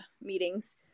meetings